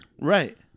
Right